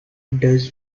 does